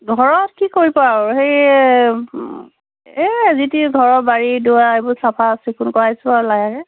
ঘৰত কি কৰিব আৰু সেই এই যিটি ঘৰৰ বাৰী দৱাৰ এইবোৰ চাফা চিকুণ কৰাইছোঁ আৰু লাহেকৈ